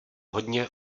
hodně